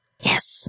Yes